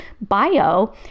bio